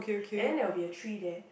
and then there'll be a tree there